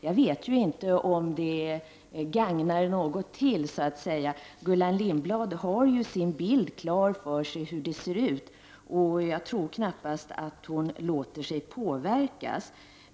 Jag vet inte om det nyttar något till att göra det. Gullan Lindblad har ju sin bild klar av hur det är, och jag tror knappast att hon låter sig påverkas.